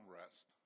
rest